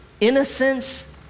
innocence